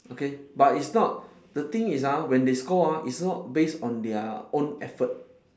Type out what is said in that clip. okay but it's not the thing is ah when they score ah it's not based on their own effort